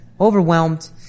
overwhelmed